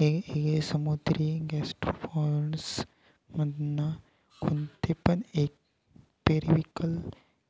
येगयेगळे समुद्री गैस्ट्रोपोड्स मधना कोणते पण एक पेरिविंकल